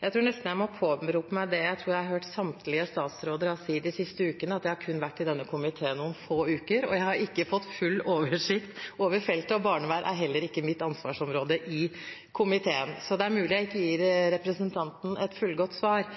Jeg tror nesten jeg må påberope meg det jeg har hørt samtlige statsråder si de siste ukene – jeg har kun vært i denne komiteen noen få uker, og jeg har ikke fått full oversikt over feltet. Barnevern er heller ikke mitt ansvarsområde i komiteen, så det er mulig jeg ikke gir representanten et fullgodt svar,